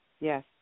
Yes